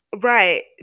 Right